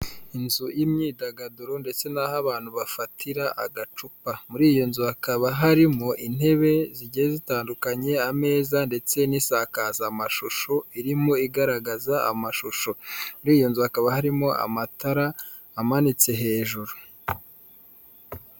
Inzu y'imyidagaduro ndetse n'aho abantu bafatira agacupa, muri iyo nzu hakaba harimo intebe zigiye zitandukanye ameza ndetse n'isakazamashusho irimo igaragaza amashusho, muri iyi nzu hakaba harimo amatara amanitse hejuru.